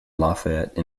lafayette